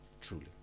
truly